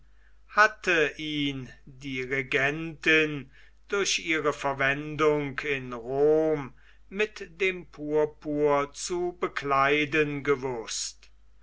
hatte ihn die regentin durch ihre verwendungen in rom mit dem purpur zu bekleiden gewußt